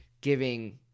giving